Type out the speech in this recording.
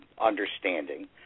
understanding